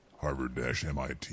Harvard-MIT